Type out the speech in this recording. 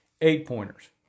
eight-pointers